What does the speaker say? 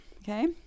okay